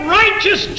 righteous